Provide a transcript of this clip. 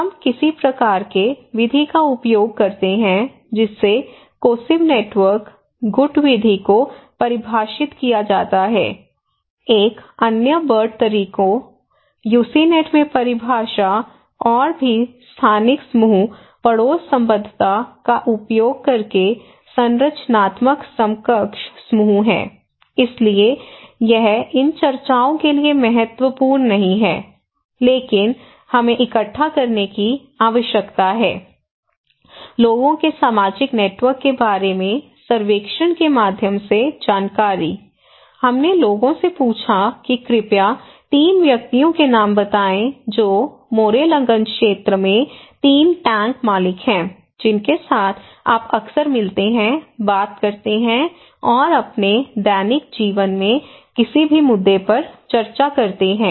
हम किसी प्रकार के विधि का उपयोग करते हैं जिससे कोसिव नेटवर्क गुट विधि को परिभाषित किया जाता है एक अन्य बर्ट तरीकों यूसीनेट में परिभाषा और भी स्थानिक समूह पड़ोस संबद्धता का उपयोग करके संरचनात्मक समकक्ष समूह है इसलिए यह इन चर्चाओं के लिए महत्वपूर्ण नहीं है लेकिन हमें इकट्ठा करने की आवश्यकता है लोगों के सामाजिक नेटवर्क के बारे में सर्वेक्षण के माध्यम से जानकारी हमने लोगों से पूछा कि कृपया 3 व्यक्तियों नाम बताएं जो मोरेलगंज क्षेत्र में 3 टैंक मालिक हैं जिनके साथ आप अक्सर मिलते हैं बात करते हैं और अपने दैनिक जीवन में किसी भी मुद्दे पर चर्चा करते हैं